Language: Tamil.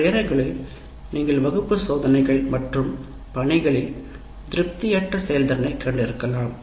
சில நேரங்களில் நீங்கள் வகுப்பு சோதனைகள் மற்றும் பணிகளில் திருப்தியற்ற செயல்திறனைக் கண்டிருக்கலாம்